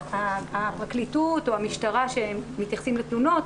הפרקליטות או המשטרה כאשר מתייחסים לתלונות,